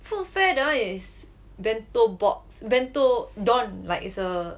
food fair that [one] is bento box bento don like it's a